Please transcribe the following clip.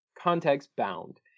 context-bound